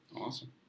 Awesome